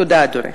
תודה, אדוני.